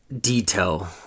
detail